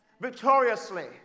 victoriously